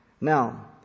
Now